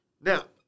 Now